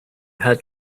had